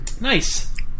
Nice